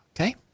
Okay